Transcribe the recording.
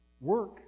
work